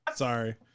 sorry